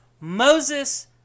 Moses